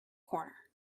corner